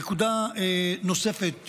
נקודה נוספת,